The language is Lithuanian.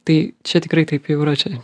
tai čia tikrai taip jau yra čia